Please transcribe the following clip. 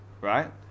right